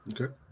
Okay